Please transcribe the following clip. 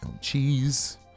cheese